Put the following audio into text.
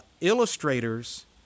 illustrators